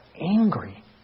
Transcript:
angry